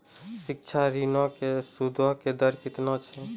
शिक्षा ऋणो के सूदो के दर केतना छै?